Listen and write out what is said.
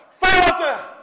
Father